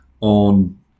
on